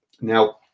Now